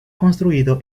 construido